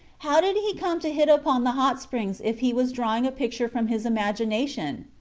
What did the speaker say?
how did he come to hit upon the hot springs if he was drawing a picture from his imagination?